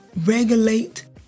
regulate